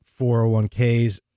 401ks